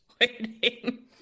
waiting